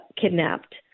kidnapped